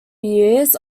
years